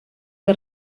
que